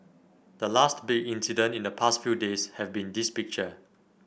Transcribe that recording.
the last big incident in the past few days have been this picture